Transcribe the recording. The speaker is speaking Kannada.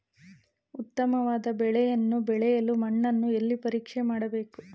ಉತ್ತಮವಾದ ಬೆಳೆಯನ್ನು ಬೆಳೆಯಲು ಮಣ್ಣನ್ನು ಎಲ್ಲಿ ಪರೀಕ್ಷೆ ಮಾಡಬೇಕು?